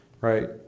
right